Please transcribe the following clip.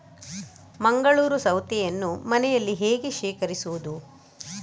ಮಂಗಳೂರು ಸೌತೆಯನ್ನು ಮನೆಯಲ್ಲಿ ಹೇಗೆ ಶೇಖರಿಸುವುದು?